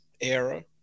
era